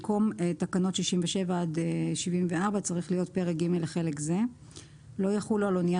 ג' לחלק זה במקום הכתוב 67 עד 74 - לא יחולו על אנייה